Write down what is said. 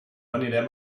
anirem